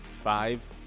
five